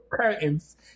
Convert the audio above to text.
curtains